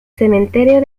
cementerio